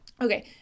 okay